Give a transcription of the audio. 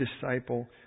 disciple